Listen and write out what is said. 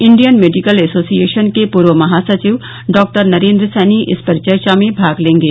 Indian Medical Association के पूर्व महासचिव डॉ नरेंद्र सैनी इस परिचर्चा में भाग लेंगे